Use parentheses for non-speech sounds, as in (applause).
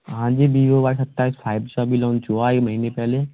हाँ जी Vivo Y सत्ताईस फाइव (unintelligible) अभी लॉन्च हुआ है ये महीने पहले